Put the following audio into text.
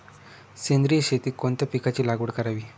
सेंद्रिय शेतीत कोणत्या पिकाची लागवड करावी?